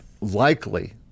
likely